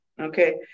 okay